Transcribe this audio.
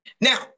Now